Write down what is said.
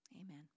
Amen